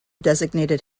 designated